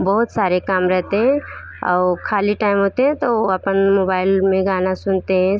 बहुत सारे काम रहते हैं और ख़ाली टैम होता तो वो अपन मोबैल में गाना सुनते हैं